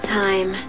time